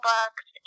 Books